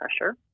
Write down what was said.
pressure